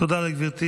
תודה לגברתי.